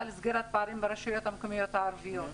לסגירת פערים ברשויות המקומיות הערביות.